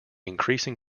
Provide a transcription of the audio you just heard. increasing